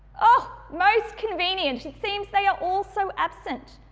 oh, most convenient it seems they are also absent.